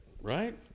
Right